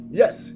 yes